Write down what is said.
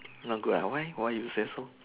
not good uh why why you say so